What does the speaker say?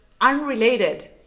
unrelated